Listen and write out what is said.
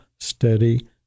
Steady